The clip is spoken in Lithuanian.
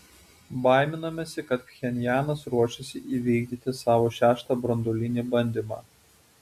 baiminamasi kad pchenjanas ruošiasi įvykdyti savo šeštą branduolinį bandymą